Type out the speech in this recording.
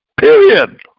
Period